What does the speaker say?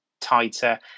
tighter